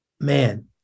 man